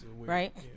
right